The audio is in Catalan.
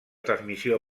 transmissió